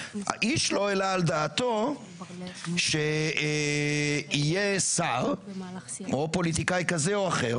איש לא העלה על דעתו שיהיה שר או פוליטיקאי כזה או אחר